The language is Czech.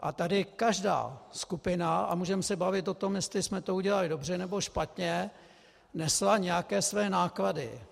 A tady každá skupina, a můžeme se bavit o tom, jestli jsme to udělali dobře, nebo špatně, nesla nějaké své náklady.